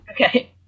okay